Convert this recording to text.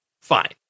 Fine